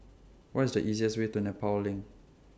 What IS The easiest Way to Nepal LINK